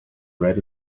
bread